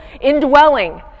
indwelling